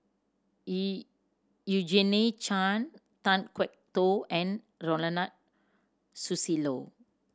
E Eugene Chen Kan Kwok Toh and Ronald Susilo